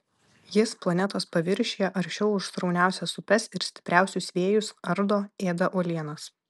jis planetos paviršiuje aršiau už srauniausias upes ir stipriausius vėjus ardo ėda uolienas